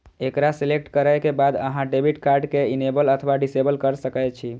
एकरा सेलेक्ट करै के बाद अहां डेबिट कार्ड कें इनेबल अथवा डिसेबल कए सकै छी